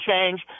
change